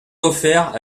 offert